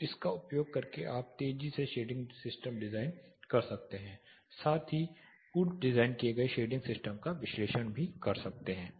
तो इसका उपयोग करके आप अधिक तेज़ी से शेडिंग सिस्टम डिज़ाइन कर सकते हैं साथ ही पूर्व डिज़ाइन किए गए शेडिंग सिस्टम का विश्लेषण भी कर सकते हैं